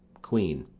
queen.